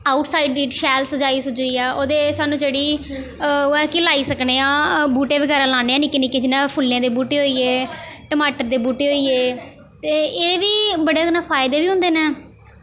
out side fit शैल सजाइयै सुजाइयै ओह्दे ई सानूं जेह्ड़ी ओह् ऐ कि लाई सकने आं बूह्टे बगैरा लान्ने आं निक्के निक्के जियां फुल्लें दे बूह्टे होई गे टमाटर दे बूह्टे होई गे ते एह् बी बड़े ओह्दे कन्नै फायदे बी होंदे न